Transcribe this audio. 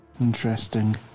Interesting